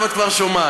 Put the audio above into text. עכשיו את כבר שומעת.